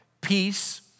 peace